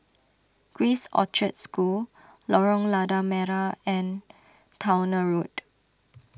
Grace Orchard School Lorong Lada Merah and Towner Road